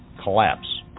collapse